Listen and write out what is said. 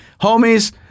homies